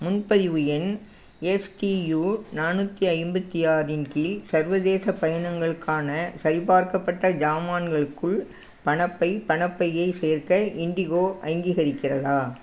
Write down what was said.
முன்பதிவு எண் F D U நானூற்றி ஐம்பத்தி ஆறின் கீழ் சர்வதேச பயணங்களுக்கான சரிபார்க்கப்பட்ட சாமான்களுக்குள் பணப்பை பணப்பையைச் சேர்க்க இண்டிகோ அங்கீகரிக்கிறதா